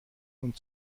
und